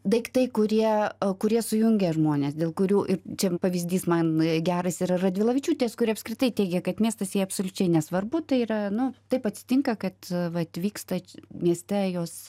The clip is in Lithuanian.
daiktai kurie kurie sujungia žmones dėl kurių ir čia pavyzdys man geras ir radvilavičiūtės kuri apskritai teigia kad miestas jai absoliučiai nesvarbu tai yra nu taip atsitinka kad vat vyksta mieste jos